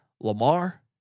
Lamar